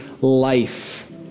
life